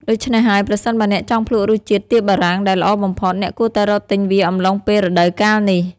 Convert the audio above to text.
ដូច្នេះហើយ ប្រសិនបើអ្នកចង់ភ្លក់រសជាតិទៀបបារាំងដែលល្អបំផុត អ្នកគួរតែរកទិញវាអំឡុងពេលរដូវកាលនេះ។